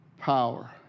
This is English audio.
power